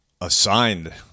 assigned